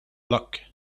luck